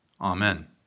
Amen